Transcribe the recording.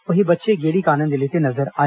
वहीं बच्चे गेड़ी का आनंद लेते नजर आए